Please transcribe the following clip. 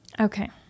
Okay